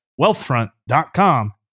wealthfront.com